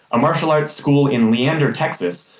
a martial arts school in leander, texas,